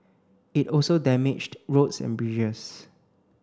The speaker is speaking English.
it also damaged roads and bridges